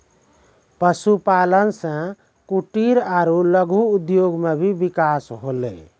पशुपालन से कुटिर आरु लघु उद्योग मे भी बिकास होलै